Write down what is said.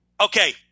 Okay